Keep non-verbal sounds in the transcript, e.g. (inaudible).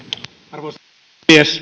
arvoisa herra puhemies (unintelligible)